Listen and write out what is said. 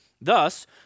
Thus